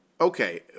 okay